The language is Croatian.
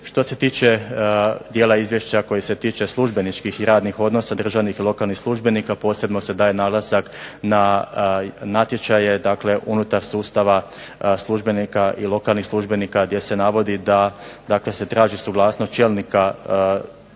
Što se tiče dijela izvješća koji se tiče službeničkih i radnih odnosa državnih i lokalnih službenika posebno se daje naglasak na natječaje, dakle unutar sustava službenika i lokalnih službenika gdje se navodi da dakle se traži suglasnost čelnika državne,